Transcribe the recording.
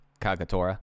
Kagatora